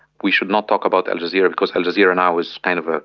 we should not talk about al jazeera because al jazeera now is kind of ah